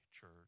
church